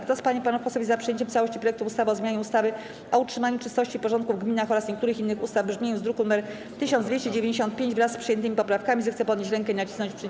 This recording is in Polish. Kto z pań i panów posłów jest za przyjęciem w całości projektu ustawy o zmianie ustawy o utrzymaniu czystości i porządku w gminach oraz niektórych innych ustaw w brzmieniu z druku nr 1295, wraz z przyjętymi poprawkami, zechce podnieść rękę i nacisnąć przycisk.